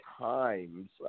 times